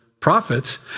Prophets